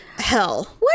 hell